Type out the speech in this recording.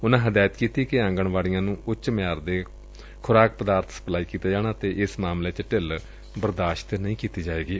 ਉਨਾਂ ਹਦਾਇਤ ਕੀਤੀ ਕਿ ਆਂਗਣਵਾਡੀਆਂ ਨੂੰ ਉਚ ਮਿਆਰ ਦੇ ਖੁਰਾਕ ਪਦਾਰਥ ਸਪਲਾਈ ਕੀਤੇ ਜਾਣ ਅਤੇ ਇਸ ਮਾਮਲੇ ਚ ਢਿੱਲ ਬਰਦਾਸਤ ਨਹੀਂ ਕੀਤੀ ਜਾਏਗੀ